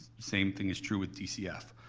same thing is true with dcf.